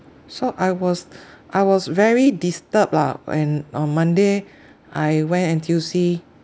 so I was I was very disturbed lah when on monday I went N_T_U_C